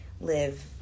live